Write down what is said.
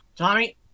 Tommy